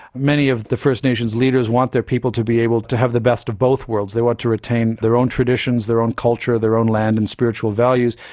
many of the first nation's leaders want their people to be able to have the best of both worlds, they want to retain their own conditions, their own culture, their own land and spiritual values,